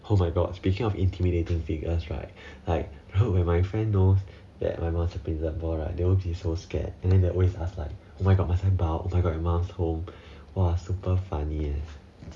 oh my god speaking of intimidating figures like when my friend knows that my mom was a principal right they would be so scared and then they always ask like oh my god must I bow oh my god your mom's home !wah! super funny eh